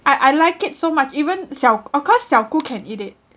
I I like it so much even xiao~ of course xiao gu can eat it